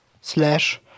slash